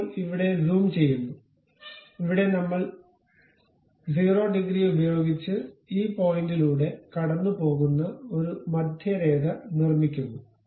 ഇപ്പോൾ ഇവിടെ സൂം ചെയ്യുന്നു ഇവിടെ നമ്മൾ 0 ഡിഗ്രി ഉപയോഗിച്ച് ഈ പോയിന്റിലൂടെ കടന്നുപോകുന്ന ഒരു മധ്യരേഖ നിർമ്മിക്കുന്നു